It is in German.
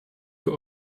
für